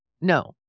No